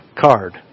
card